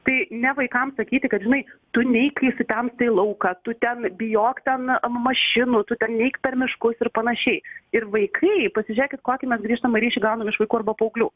tai ne vaikams sakyti kad žinai tu neik kai sutems į lauką tu ten bijok ten mašinų tu ten neik per miškus ir panašiai ir vaikai pasižiūrėkit kokį mes grįžtamąjį ryšį gaunam iš vaikų arba paauglių